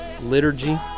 liturgy